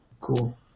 Cool